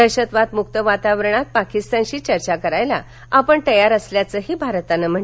दहशतवाद मुक्त वातावरणात पाकिस्तानशी चर्चा करायला आपण तयारअसल्याचंही भारतानं म्हं